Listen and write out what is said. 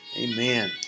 Amen